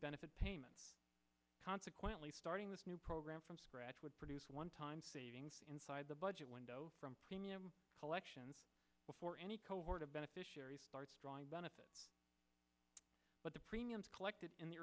benefit payment consequently starting this new program from scratch would produce one time savings inside the budget window from premium collections before any cohort of beneficiaries starts drawing benefit but the premiums collected in the